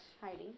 Hiding